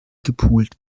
gepult